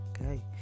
okay